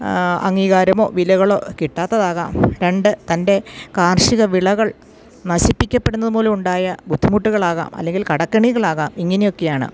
അംഗീകാരമോ വിലകളോ കിട്ടാത്തതാകാം രണ്ട് തൻ്റെ കാർഷികവിളകൾ നശിപ്പിക്കപ്പെടുന്നത് മൂലമുണ്ടായ ബുദ്ധിമുട്ടുകളാകാം അല്ലെങ്കിൽ കടക്കെണികളാകാം ഇങ്ങനെയൊക്കെയാണ്